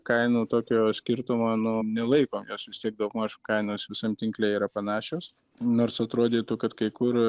kainų tokio skirtumo nu nelaikom jos vis tiek daugmaž kainos visam tinkle yra panašios nors atrodytų kad kai kur